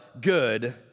good